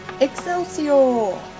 Excelsior